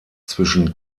zwischen